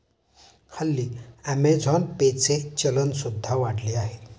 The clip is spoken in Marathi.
हल्ली अमेझॉन पे चे चलन सुद्धा वाढले आहे